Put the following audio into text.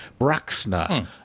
Bruxner